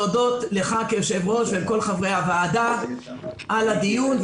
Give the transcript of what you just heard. אני מבקש להודות לך כיושב-ראש ולכל חברי הוועדה על הדיון.